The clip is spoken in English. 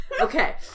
Okay